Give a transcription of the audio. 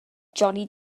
johnny